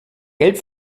geld